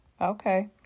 Okay